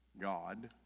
God